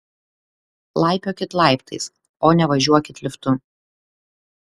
laipiokit laiptais o ne važiuokit liftu